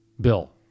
bill